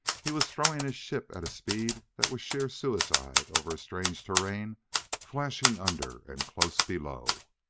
he was throwing his ship at a speed that was sheer suicide over a strange terrain flashing under and close below.